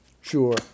sure